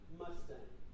mustang